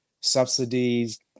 subsidies